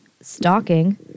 stalking